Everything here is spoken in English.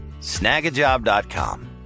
Snagajob.com